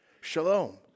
Shalom